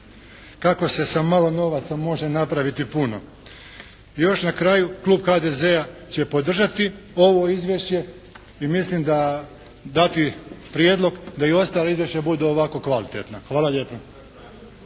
kako se sa malo novaca može napraviti puno. Još na kraju, klub HDZ-a će podržati ovo izvješće. I mislim da dati prijedlog da i ostala izvješća budu ovako kvalitetna. Hvala lijepa.